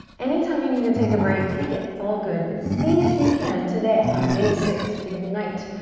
anytime you need to take a break, take it. it's all good but see if you can today on day six, ignite.